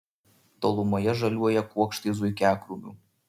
tolumoje žaliuoja kuokštai zuikiakrūmių